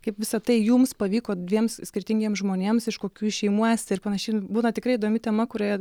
kaip visa tai jums pavyko dviems skirtingiems žmonėms iš kokių jūs šeimų esate ir panašiai būna tikrai įdomi tema kurioje